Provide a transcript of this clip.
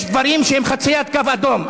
יש דברים שהם חציית קו אדום.